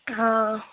ହଁ